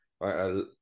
right